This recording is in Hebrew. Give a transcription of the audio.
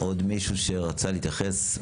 עוד מישהו שרצה להתייחס?